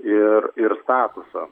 ir ir statusą